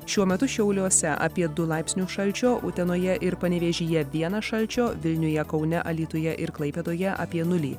šiuo metu šiauliuose apie du laipsnių šalčio utenoje ir panevėžyje vienas šalčio vilniuje kaune alytuje ir klaipėdoje apie nulį